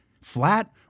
flat